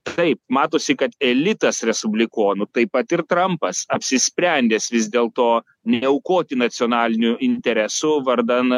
taip matosi kad elitas respublikonų taip pat ir trampas apsisprendęs vis dėlto neaukoti nacionalinių interesų vardan